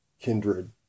kindred